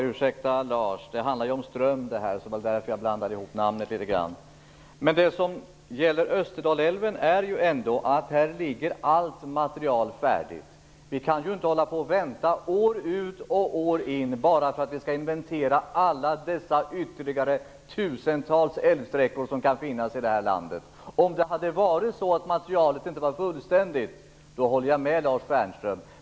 Fru talman! När det gäller Österdalälven ligger allt material färdigt. Vi kan inte vänta år ut och år in bara för att man skall inventera alla ytterligare tusentals älvsträckor som finns i det här landet. Om materialet inte hade varit fullständigt skulle jag hålla med Lars Stjernkvist.